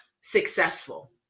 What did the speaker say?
successful